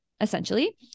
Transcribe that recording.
essentially